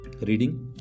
reading